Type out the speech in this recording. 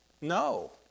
No